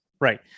Right